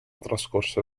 trascorse